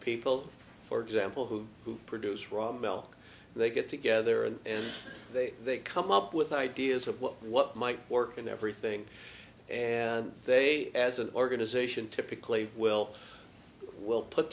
people for example who who produce raw milk they get together and they they come up with ideas of what might work and everything and they as an organization typically will will put